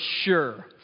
sure